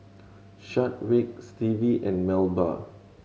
Chadwick Stevie and Melba